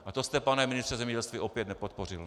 A to jste, pane ministře zemědělství, opět nepodpořil.